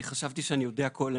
אני חשבתי שאני יודע הכל.